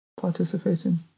participating